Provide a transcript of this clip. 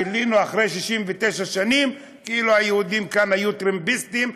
גילינו אחרי 69 שנים כאילו היהודים כאן היו טרמפיסטים,